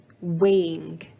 weighing